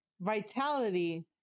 vitality